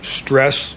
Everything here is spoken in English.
stress